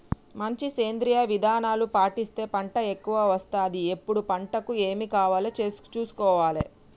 మంచి సేంద్రియ విధానాలు పాటిస్తే పంట ఎక్కవ వస్తది ఎప్పుడు పంటకు ఏమి కావాలో చూసుకోవాలే